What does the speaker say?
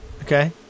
Okay